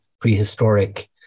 prehistoric